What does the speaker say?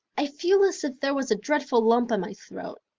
i feel as if there was a dreadful lump in my throat.